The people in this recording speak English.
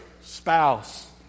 spouse